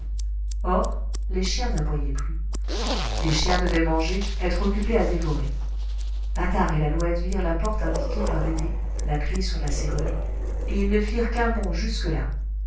or les chiens n'aboyaient plus les chiens devaient manger être occupés à dévorer patard et lalouette virent la porte indiquée par dédé la clef sur la serrure et ils ne firent qu'un bond jusque-là